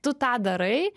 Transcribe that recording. tu tą darai